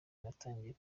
natangiye